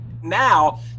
now